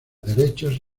derechos